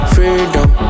Freedom